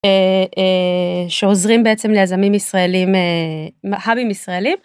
שעוזרים בעצם ליזמים ישראלים, אהבים ישראלים.